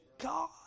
God